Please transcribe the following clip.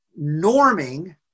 norming